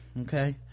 okay